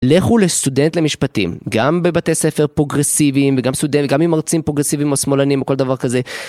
לכו לסטודנט למשפטים, גם בבתי ספר פרוגרסיביים וגם עם מרצים פרוגרסיביים או שמאלנים או כל דבר כזה.